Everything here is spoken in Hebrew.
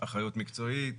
אחריות מקצועית,